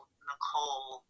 Nicole